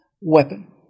weapon